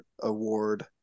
Award